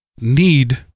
need